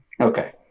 okay